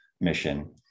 mission